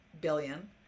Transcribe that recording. billion